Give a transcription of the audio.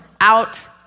out